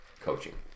coaching